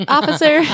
Officer